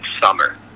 summer